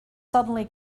suddenly